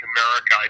America